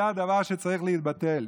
זה הדבר שצריך להתבטל.